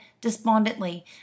despondently